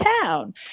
town